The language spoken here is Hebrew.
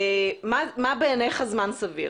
מה בעיניך זמן סביר?